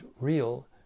real